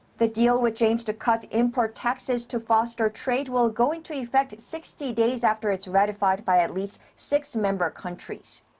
the deal, which aims to cut import taxes to foster trade, will go into effect sixty days after it's ratified by at least six member countries.